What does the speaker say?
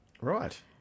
Right